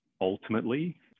ultimately